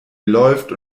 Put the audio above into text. läuft